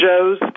Joe's